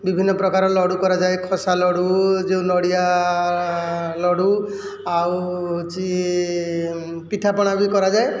ବିଭିନ୍ନ ପ୍ରକାର ଲଡ଼ୁ କରାଯାଏ ଖସା ଲଡ଼ୁ ଯେଉଁ ନଡ଼ିଆ ଲଡ଼ୁ ଆଉ ହେଉଛି ପିଠାପଣା ବି କରାଯାଏ